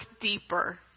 deeper